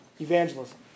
evangelism